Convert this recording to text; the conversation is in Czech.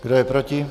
Kdo je proti?